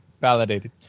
Validated